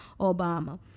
obama